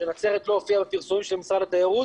שנצרת לא הופיעה בפרסום של משרד התיירות